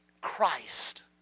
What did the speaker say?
Christ